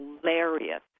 hilarious